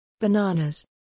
Bananas